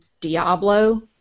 Diablo